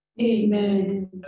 Amen